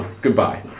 Goodbye